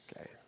okay